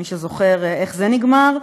מי שזוכר איך זה נגמר,